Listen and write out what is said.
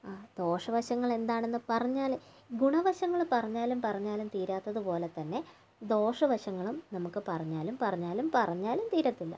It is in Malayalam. ആ ദോഷവശങ്ങളെന്താണെന്നു പറഞ്ഞാലേ ഗുണവശങ്ങൾ പറഞ്ഞാലും പറഞ്ഞാലും തീരാത്തതു പോലെ തന്നെ ദോഷവശങ്ങളും നമുക്ക് പറഞ്ഞാലും പറഞ്ഞാലും പറഞ്ഞാലും തീരത്തില്ല